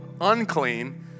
unclean